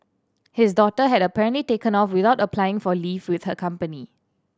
his daughter had apparently taken off without applying for leave with her company